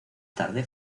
tarde